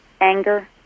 anger